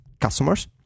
customers